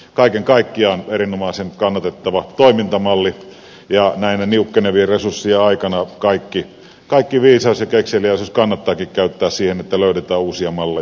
kaiken kaikkiaan erinomaisen kannatettava toimintamalli ja tänä niukkenevien resurssien aikana kaikki viisaus ja kekseliäisyys kannattaakin käyttää siihen että löydetään uusia malleja toimia